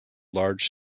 large